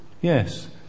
Yes